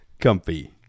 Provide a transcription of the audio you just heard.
comfy